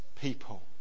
people